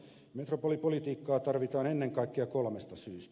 metropolipolitiikkaa tarvitaan ennen kaikkea kolmesta syystä